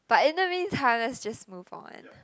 but in the meantime let's just move on